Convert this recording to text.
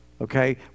okay